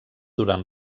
durant